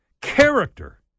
Character